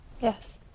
Yes